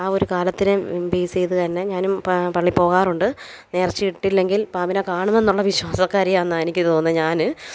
ആ ഒരു കാലത്തിന് ബേസ് ചെയ്ത് തന്നെ ഞാനും പ പള്ളി പോകാറുണ്ട് നേർച്ചയിട്ടില്ലെങ്കിൽ പാമ്പിനെ കാണുമെന്നുള്ള വിശ്വാസക്കാരിയാന്നാണ് എനിക്ക് തോന്നുന്നത് ഞാൻ